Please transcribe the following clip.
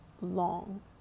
long